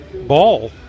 ball